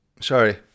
Sorry